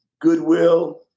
goodwill